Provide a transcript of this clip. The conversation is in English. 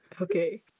okay